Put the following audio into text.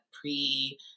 pre